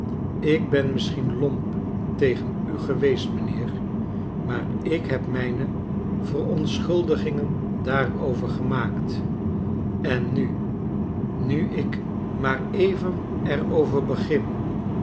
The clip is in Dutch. ik ben misschien lomp tegen u geweest mijnheer maar ik heb mijne verontsohuldigingen daarover gemaakt en nu nu ik maar even er over begin